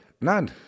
none